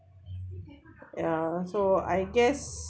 ya so I guess